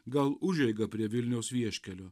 gal užeigą prie vilniaus vieškelio